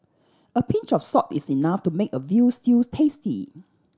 a pinch of salt is enough to make a veal stew tasty